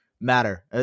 matter